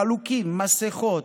חלוקים, מסכות,